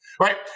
Right